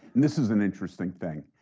this is an interesting thing.